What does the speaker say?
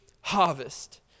harvest